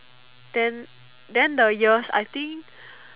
then then the years I think